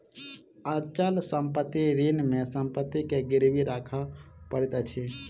अचल संपत्ति ऋण मे संपत्ति के गिरवी राखअ पड़ैत अछि